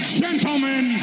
gentlemen